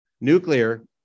nuclear